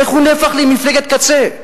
איך הוא נהפך למפלגת קצה,